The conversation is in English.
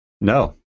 No